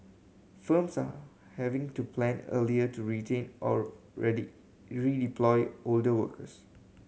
firms are having to plan earlier to retrain or redeploy older workers